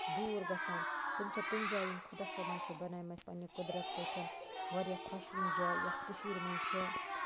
دوٗر گژھان تِم چھےٚ تِم جایہِ یِم خدا صٲبَن چھےٚ بَناومَژ پَنٕنہِ قۄدرت سۭتۍ واریاہ خۄشوٕنۍ جایہِ یَتھ کٔشیٖر منٛز چھِ